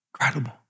Incredible